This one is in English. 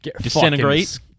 disintegrate